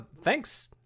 thanks